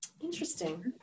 Interesting